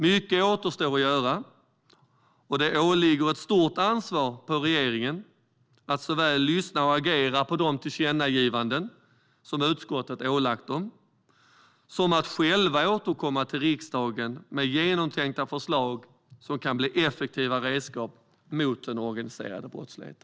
Mycket återstår att göra, och det vilar ett stort ansvar på regeringen att såväl lyssna och agera på de tillkännagivanden som riksdagen har gett som själv återkomma till riksdagen med genomtänkta förslag som kan bli effektiva redskap mot den organiserade brottsligheten.